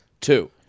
Two